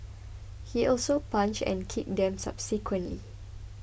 he also punched and kicked them subsequently